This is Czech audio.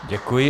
Děkuji.